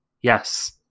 Yes